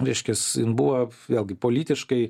reiškias buvo vėlgi politiškai